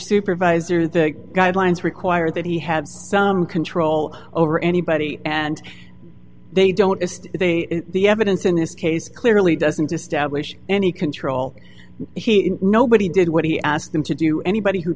supervisor the guidelines require that he had some control over anybody and they don't just they the evidence in this case clearly doesn't establish any control nobody did what he asked them to do anybody who